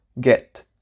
get